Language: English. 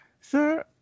Sir